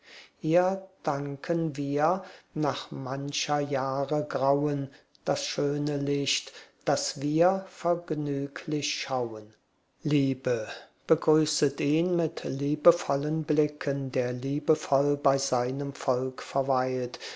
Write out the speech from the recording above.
ihr danken wir nach mancher jahre grauen das schöne licht das wir vergnüglich schauen liebe begrüßet ihn mit liebevollen blicken der liebevoll bei seinem volk verweilt